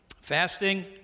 Fasting